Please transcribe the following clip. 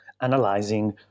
Analyzing